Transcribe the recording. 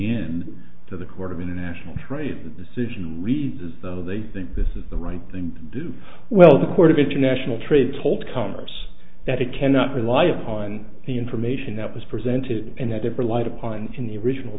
in to the court of international trade the decision reads as though they think this is the right thing to do well the court of international trade told congress that it cannot rely upon the information that was presented in a different light a point in the original